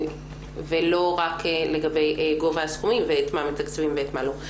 ולא רק לגבי גובה הסכומים ואת מה מתקציבים ואת מה לא.